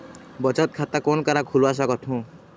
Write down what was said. बचत खाता कोन करा खुलवा सकथौं?